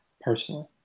personally